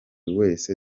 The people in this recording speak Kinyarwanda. wese